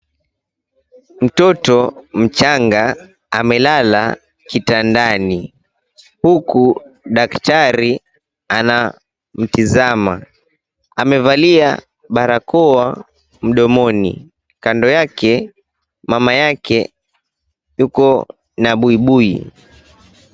Mtoto mchanga amelala kitandani huku daktari anamtizama. Amevalia barakoa mdomoni. Kando yake, mama yake yuko na buibui.